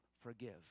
forgive